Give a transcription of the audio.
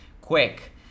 quick